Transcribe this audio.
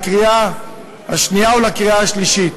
לקריאה השנייה ולקריאה השלישית.